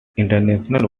international